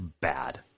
bad